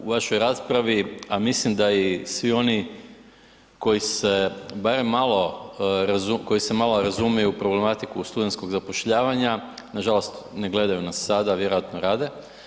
U vašoj raspravi, a mislim da i svi oni koji se barem malo, koji se razumiju u problematiku studentskog zapošljavanju, nažalost ne gledaju nas sada, vjerojatno rade.